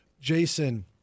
Jason